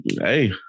hey